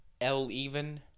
L-even